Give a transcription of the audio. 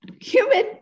human